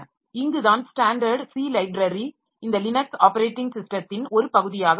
இங்குதான் standard C library இந்த Linux operating சிஸ்டத்தின் ஒரு பகுதியாக உள்ளது